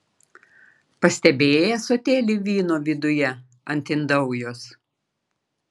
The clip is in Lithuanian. pastebėjai ąsotėlį vyno viduje ant indaujos